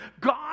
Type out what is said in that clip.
God